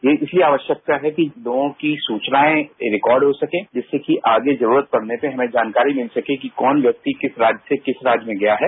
यह इसलिए आवश्यक है कि लोगों कीसूचनाएं रिकार्ड हो सके जिससे कि आगे जरूरत पड़ने में जानकारी मिल सके कि कौन व्यक्तिकिस राज्य से किस राज्य में गया है